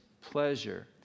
pleasure